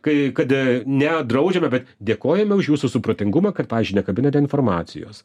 kai kad nedraudžiame bet dėkojame už jūsų supratingumą kad pavyzdžiui nekabinate informacijos